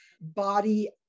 body